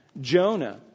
Jonah